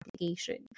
application